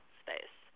space